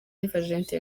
nifashishije